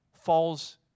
falls